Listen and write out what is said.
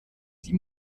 die